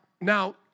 Now